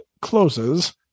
closes